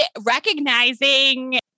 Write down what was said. recognizing